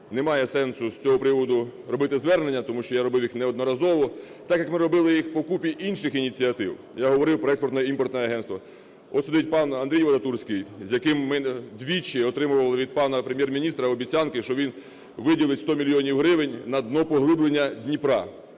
немає сенсу з цього приводу робити звернення, тому що я робив їх неодноразово. Так, як ми робили їх по купі інших ініціатив, я говорив про Експортно-імпортне агентство. От, сидить пан Андрій Вадатурський, з яким ми двічі отримували від пана Прем'єр-міністра обіцянки, що він виділить 100 мільйонів гривень на днопоглиблення Дніпра.